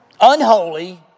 unholy